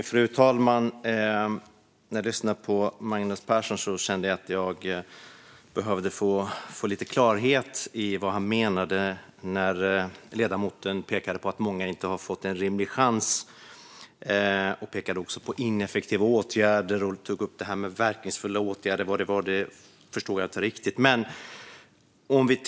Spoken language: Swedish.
Fru talman! När jag lyssnade på Magnus Persson kände jag att jag behövde få lite klarhet i vad han menade när han pekade på att många inte har fått en rimlig chans. Han pekade också på ineffektiva åtgärder och tog upp verkningsfulla åtgärder. Vad det var förstod jag inte riktigt.